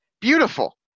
Beautiful